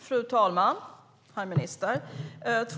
Fru talman, herr minister!